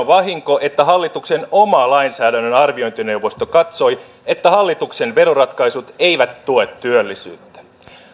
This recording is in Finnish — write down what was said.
vahinko että hallituksen oma lainsäädännön arviointineuvosto katsoi että hallituksen veroratkaisut eivät tue työllisyyttä